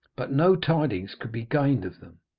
but no tidings could be gained of them.